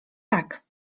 tak